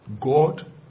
God